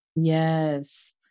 Yes